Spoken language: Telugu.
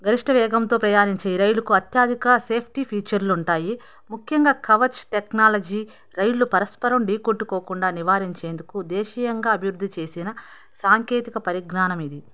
గరిష్ట వేగంతో ప్రయాణించే రైలుకు అత్యధిక సేఫ్టీ ఫీచర్లు ఉంటాయి ముఖ్యంగా కవచ్ టెక్నాలజీ రైళ్ళు పరస్పరం ఢీ కొట్టుకోకుండా నివారించేందుకు దేశీయంగా అభివృద్ధి చేసిన సాంకేతిక పరిజ్ఞానం ఇది